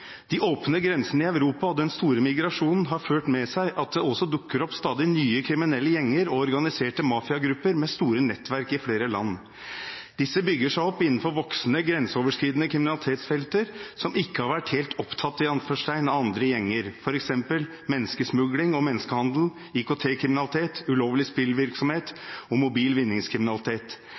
De åpne grensene i Europa og den store migrasjonen har ført med seg at det også dukker opp stadig nye kriminelle gjenger og organiserte mafiagrupper med store nettverk i flere land. Disse bygger seg opp innenfor voksende, grenseoverskridende kriminalitetsfelt som ikke har vært helt «opptatt» av andre gjenger, f.eks. menneskesmugling og menneskehandel, IKT-kriminalitet, ulovlig spillvirksomhet og mobil vinningskriminalitet,